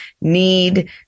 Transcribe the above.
need